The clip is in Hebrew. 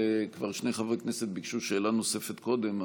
שני חברי כנסת כבר ביקשו שאלה נוספת קודם,